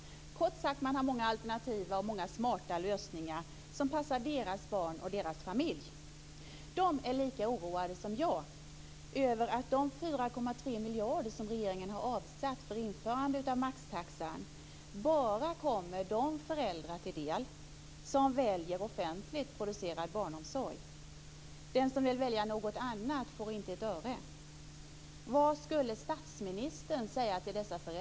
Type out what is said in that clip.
Kort sagt: Man har många alternativ och många smarta lösningar som passar deras barn och deras familj. De är lika oroade som jag över att de 4,3 miljarder som regeringen har avsatt för införande av maxtaxa bara kommer de föräldrar till del som väljer offentligt producerad barnomsorg. Den som vill välja något annat får inte ett öre.